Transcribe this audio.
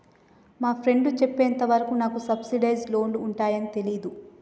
మా ఫ్రెండు చెప్పేంత వరకు నాకు సబ్సిడైజ్డ్ లోన్లు ఉంటయ్యని తెలీదు